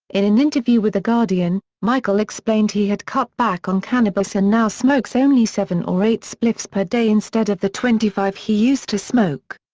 in an interview with the guardian, michael explained he had cut back on cannabis and now smokes only seven or eight spliffs per day instead of the twenty five he used to smoke.